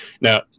Now